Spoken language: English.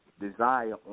desire